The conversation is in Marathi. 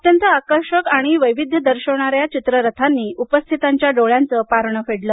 अत्यंत आकर्षक आणि वैविध्य दर्शविणाऱ्या या चित्ररथांनी उपस्थितांच्या डोळ्यांचे पारणे फेडले